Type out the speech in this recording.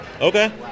Okay